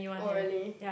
oh really